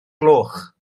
gloch